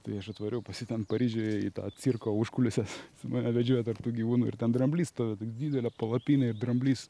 tai aš atvariau pas jį ten paryžiuj į tą cirko užkulises mane vedžiojo tarp tų gyvūnų ir ten dramblys stovi tokia didelė palapinė ir dramblys